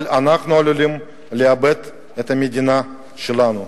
אבל אנחנו עלולים לאבד את המדינה שלנו.